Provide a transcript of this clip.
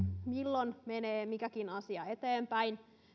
milloin menee mikäkin asia eteenpäin